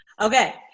Okay